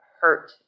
hurt